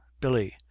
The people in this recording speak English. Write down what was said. billy